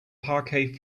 parquet